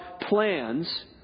plans